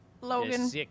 Logan